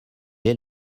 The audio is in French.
les